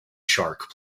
shark